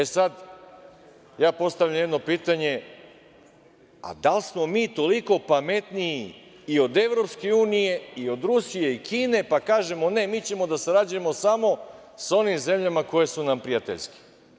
Ja sad postavljam jedno pitanje - a da li smo mi toliko pametniji i od EU i od Rusije i Kine, pa kažemo - ne, mi ćemo da sarađujemo samo sa onim zemljama koje su nam prijateljske?